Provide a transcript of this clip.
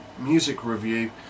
musicreview